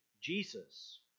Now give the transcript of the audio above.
Jesus